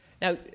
Now